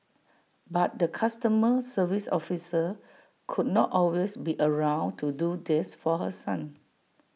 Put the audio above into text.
but the customer service officer could not always be around to do this for her son